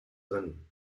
rennen